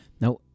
Now